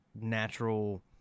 natural